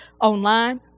online